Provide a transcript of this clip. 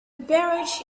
barrage